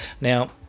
now